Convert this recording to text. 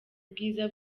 bwiza